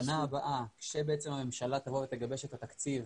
בשנה הבאה כשהממשלה תגבש את התקציב